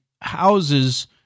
houses